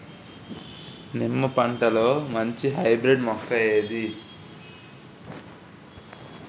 నిమ్మ పంటలో మంచి హైబ్రిడ్ మొక్క ఏది?